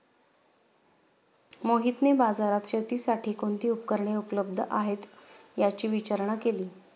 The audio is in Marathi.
मोहितने बाजारात शेतीसाठी कोणती उपकरणे उपलब्ध आहेत, याची विचारणा केली